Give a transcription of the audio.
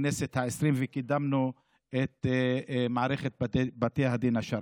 בכנסת העשרים, וקידמנו את מערכת בתי הדין השרעיים.